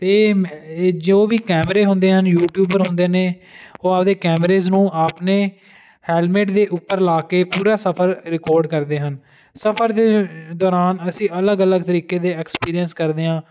ਅਤੇ ਇਹ ਇਹ ਜੋ ਵੀ ਕੈਮਰੇ ਹੁੰਦੇ ਹਨ ਯੂਟਿਉਬਰ ਹੁੰਦੇ ਨੇ ਉਹ ਆਪਦੇ ਕੈਮਰੇਜ ਨੂੰ ਆਪਣੇ ਹੈਲਮੇਟ ਦੇ ਉੱਪਰ ਲਾ ਕੇ ਪੂਰਾ ਸਫਰ ਰਿਕਾਰਡ ਕਰਦੇ ਹਨ ਸਫਰ ਦੇ ਦੌਰਾਨ ਅਸੀਂ ਅਲੱਗ ਅਲੱਗ ਤਰੀਕੇ ਦੇ ਐਕਸਪੀਰੀਅੰਸ ਕਰਦੇ ਹਾਂ